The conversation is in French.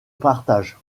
partage